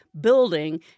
building